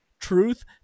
Truth